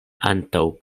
antaŭ